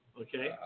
Okay